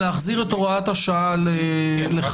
להחזיר את הוראת השעה לחיים.